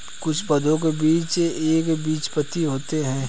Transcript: कुछ पौधों के बीज एक बीजपत्री होते है